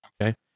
Okay